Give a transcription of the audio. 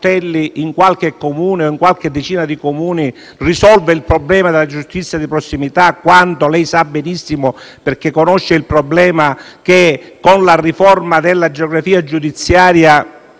in qualche Comune o in qualche decina di Comuni risolva il problema della giustizia di prossimità, quando lei sa benissimo, perché conosce il problema, che con la riforma della geografia giudiziaria